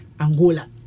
Angola